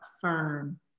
firm